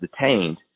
detained